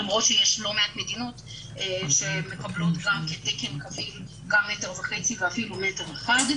למרות שיש לא מעט מדינות שמקבלות כתקן קביל גם מטר וחצי ואפילו מטר אחד,